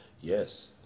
Yes